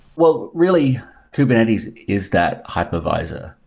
well, really kubernetes is that hypervisor.